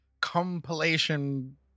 compilation